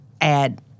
add